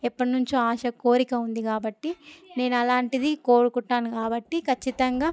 ఎప్పడినుంచో ఆశ కోరిక ఉంది కాబట్టి నేను అలాంటిది కోరుకుంటాను కాబట్టి ఖచ్చితంగా